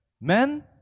men